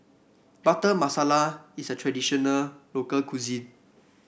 Butter Masala is a traditional local cuisine